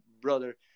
brother